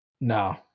no